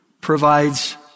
provides